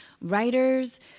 writers